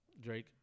Drake